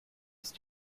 ist